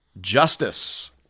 justice